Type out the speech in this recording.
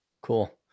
Cool